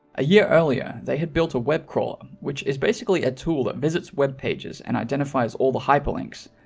a year earlier they had built a web crawler um which is basically a tool that visits web pages and identifies all the hyperlinks,